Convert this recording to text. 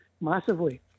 massively